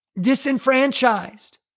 disenfranchised